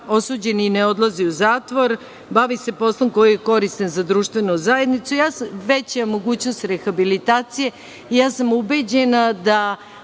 osuđeni ne odlazi u zatvor, bavi se poslom koji je koristan za društvenu zajednicu i veća je mogućnost rehabilitacije. Ubeđena sam